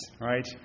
Right